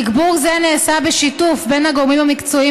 תגבור זה נעשה בשיתוף הגורמים המקצועיים